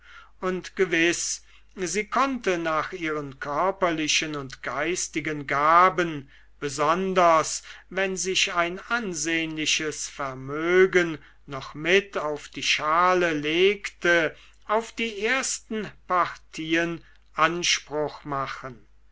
und gewiß sie konnte nach ihren körperlichen und geistigen gaben besonders wenn sich ein ansehnliches vermögen noch mit auf die schale legte auf die ersten partien anspruch machen